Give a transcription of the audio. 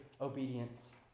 obedience